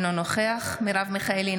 אינו נוכח מרב מיכאלי,